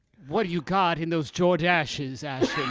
what you got in those jordaches,